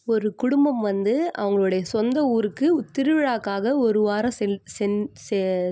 ஒரு குடும்பம் வந்து அவங்களுடைய சொந்த ஊருக்கு திருவிழாவுக்காக ஒரு வாரம்